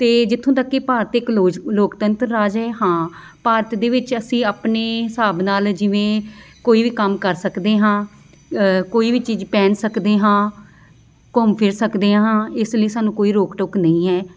ਅਤੇ ਜਿੱਥੋਂ ਤੱਕ ਇਹ ਭਾਰਤ ਇੱਕ ਲੋਕ ਲੋਕਤੰਤਰ ਰਾਜ ਹੈ ਹਾਂ ਭਾਰਤ ਦੇ ਵਿੱਚ ਅਸੀਂ ਆਪਣੇ ਹਿਸਾਬ ਨਾਲ ਜਿਵੇਂ ਕੋਈ ਵੀ ਕੰਮ ਕਰ ਸਕਦੇ ਹਾਂ ਕੋਈ ਵੀ ਚੀਜ਼ ਪਹਿਨ ਸਕਦੇ ਹਾਂ ਘੁੰਮ ਫਿਰ ਸਕਦੇ ਹਾਂ ਇਸ ਲਈ ਸਾਨੂੰ ਕੋਈ ਰੋਕ ਟੋਕ ਨਹੀਂ ਹੈ